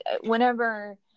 whenever